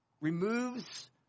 removes